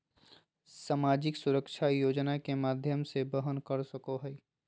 सामाजिक सुरक्षा योजना के माध्यम से वहन कर सको हइ